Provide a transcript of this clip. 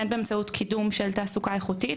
הן באמצעות קידום של תעסוקה איכותית